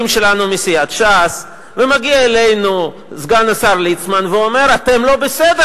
שלנו מסיעת ש"ס ומגיע אלינו סגן השר ליצמן ואומרים: אתם לא בסדר,